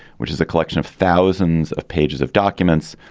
which is a collection of thousands of pages of documents